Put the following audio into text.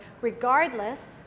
regardless